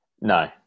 no